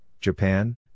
Japan